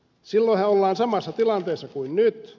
silloinhan ollaan samassa tilanteessa kuin nyt